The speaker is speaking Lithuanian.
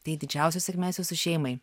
tai didžiausios sėkmės jūsų šeimai